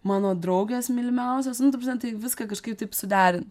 mano draugės mylimiausios nu ta prasme tai viską kažkaip taip suderint